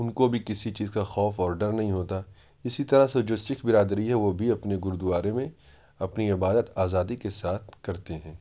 ان کو بھی کسی چیز کا خوف اور ڈر نہیں ہوتا اسی طرح سے جو سکھ برادری ہے وہ بھی اپنے گرودوارے میں اپنی عبادت آزادی کے ساتھ کرتے ہیں